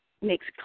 makes